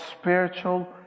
spiritual